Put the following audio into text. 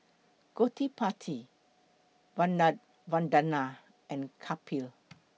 Gottipati Vandana and Kapil